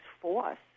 force